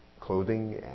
Clothing